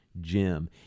Jim